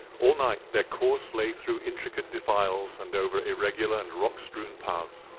all night their course lay through intricate defiles and over irregular and rock-strewn paths.